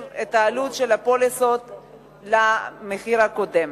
את העלות של הפוליסות למחיר הקודם.